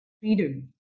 freedom